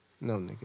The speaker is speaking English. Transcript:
No